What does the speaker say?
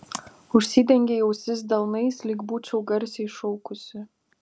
užsidengei ausis delnais lyg būčiau garsiai šaukusi